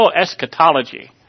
eschatology